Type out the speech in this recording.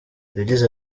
yagize